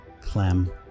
Clem